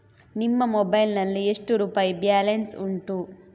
ನಿನ್ನ ಮೊಬೈಲ್ ನಲ್ಲಿ ಎಷ್ಟು ರುಪಾಯಿ ಬ್ಯಾಲೆನ್ಸ್ ಉಂಟು?